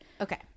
okay